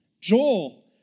Joel